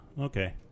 okay